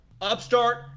Upstart